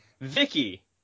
Vicky